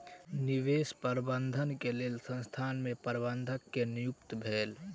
निवेश प्रबंधन के लेल संसथान में प्रबंधक के नियुक्ति भेलै